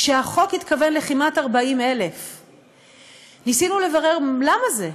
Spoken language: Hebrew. כשהחוק התכוון לכמעט 40,000. ניסינו לברר למה זה,